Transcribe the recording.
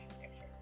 pictures